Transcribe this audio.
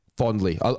Fondly